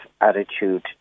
attitude